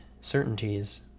certainties